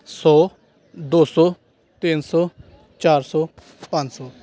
ਸੌ ਦੋ ਸੌ ਤਿੰਨ ਸੌ ਚਾਰ ਸੌ ਪੰਜ ਸੌ